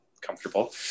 comfortable